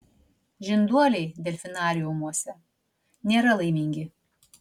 žinduoliai delfinariumuose nėra laimingi